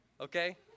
okay